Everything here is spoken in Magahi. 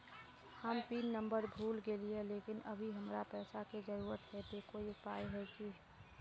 हम पिन नंबर भूल गेलिये लेकिन अभी हमरा पैसा के जरुरत है ते कोई उपाय है की?